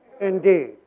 Indeed